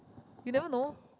you never know